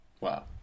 Wow